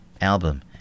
album